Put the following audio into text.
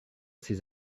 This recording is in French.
ses